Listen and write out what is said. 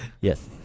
Yes